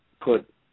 put